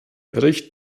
bericht